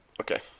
Okay